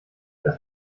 das